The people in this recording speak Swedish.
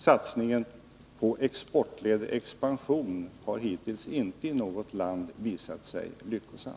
Satsningen på exportledd expansion har hittills inte i något land visat sig lyckosam.